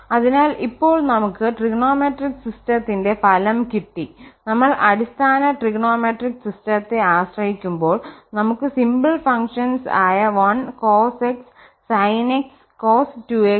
അതിനാൽ ഇപ്പോൾ നമുക് ട്രിഗണോമെട്രിക് സിസ്റ്റത്തിന്റെ ഫലം കിട്ടി നമ്മൾ അടിസ്ഥാന ട്രിഗണോമെട്രിക് സിസ്റ്റത്തെ ആശ്രയിക്കുമ്പോൾ നമുക്ക് സിംപിൾ ഫംങ്ഷൻസ് ആയ 1 cos x sin x cos 2x sin 2x